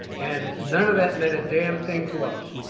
and none of that meant a damn thing to us.